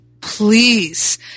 please